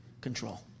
control